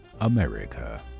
America